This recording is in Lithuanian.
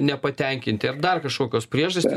nepatenkinti ar dar kažkokios priežastys